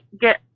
get